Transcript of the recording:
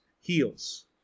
heals